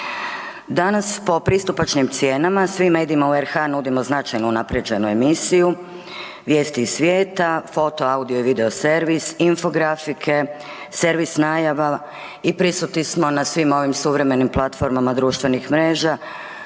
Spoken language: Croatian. Danas po pristupačnim cijenama svima u RH nudimo značajno unaprijeđenu emisiju, vijesti iz svijeta, foto, audio i video servis, infografike, servis najava i prisutni smo na svim ovim suvremenim platformama društvenih mreža,